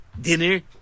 Dinner